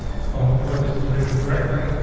ah hopefully, this is written correctly.